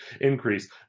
increase